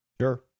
Sure